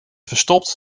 verstopt